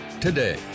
today